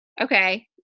Okay